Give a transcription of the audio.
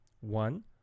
One